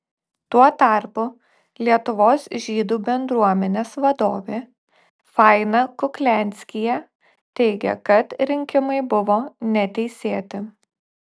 tuo tarpu lietuvos žydų bendruomenės vadovė faina kuklianskyje teigia kad rinkimai buvo neteisėti